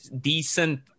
decent